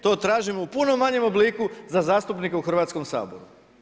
To tražimo u puno manjem obliku za zastupnike u Hrvatskom saboru.